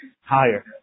higher